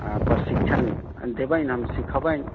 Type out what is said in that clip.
प्रशिक्षण देबनि हम सिखैबनि